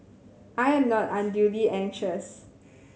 I am not unduly anxious